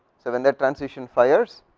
so, when that transition fires,